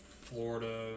Florida